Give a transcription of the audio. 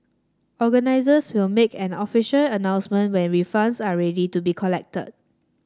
organisers will make an official announcement when refunds are ready to be collected